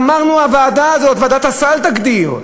אמרנו: הוועדה הזאת, ועדת הסל, תגדיר.